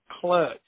clutch